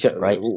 right